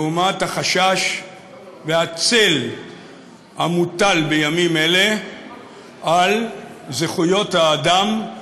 לעומת החשש והצל המוטל בימים אלה על זכויות האדם,